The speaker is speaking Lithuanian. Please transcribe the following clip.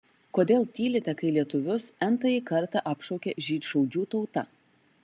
kodėl tylite kai lietuvius n tąjį kartą apšaukia žydšaudžių tauta